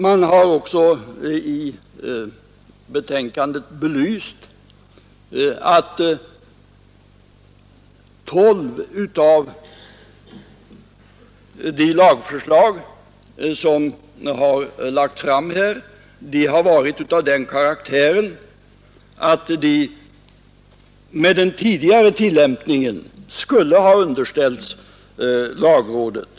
Man har också i betänkandet belyst att tolv av de lagförslag som lagts fram under 1971 var av den karaktären att de med den tidigare tillämpningen skulle ha underställts lagrådet.